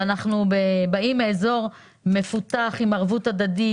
אנחנו באים מאזור מפותח עם ערבות הדדית,